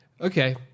okay